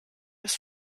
des